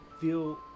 feel